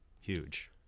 huge